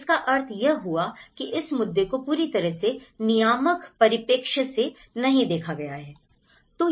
इसका अर्थ यह हुआ कि इस मुद्दे को पूरी तरह से नियामक परिप्रेक्ष्य में नहीं देखा गया है